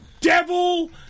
devil